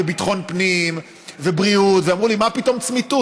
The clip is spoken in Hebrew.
ביטחון הפנים והבריאות ואמרו לי: מה פתאום לצמיתות,